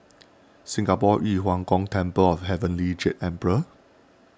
Singapore Yu Huang Gong Temple of Heavenly Jade Emperor